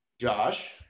Josh